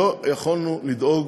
לא יכולנו לדאוג